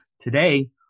Today